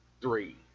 three